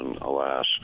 alas